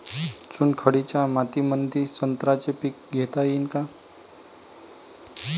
चुनखडीच्या मातीमंदी संत्र्याचे पीक घेता येईन का?